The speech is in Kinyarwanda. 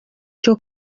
cyo